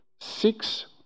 six